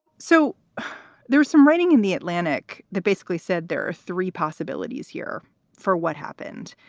so there is some writing in the atlantic that basically said there are three possibilities here for what happened.